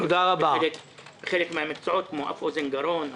חלק מהמקצועות כמו אף אוזן גרון,